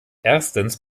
erstens